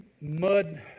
mud